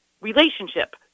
relationship